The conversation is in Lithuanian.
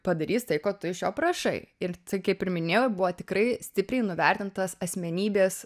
padarys tai ko tu iš jo prašai ir kaip ir minėjau buvo tikrai stipriai nuvertintas asmenybės